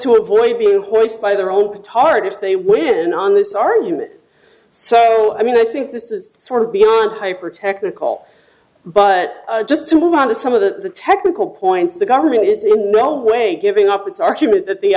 to avoid being forced by their own tard if they win on this argument so i mean i think this is sort of beyond hypertechnical but just to move on to some of the technical points the government is in no way giving up its argument that the